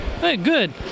Good